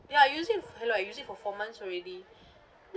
ya using hello I use it for four months already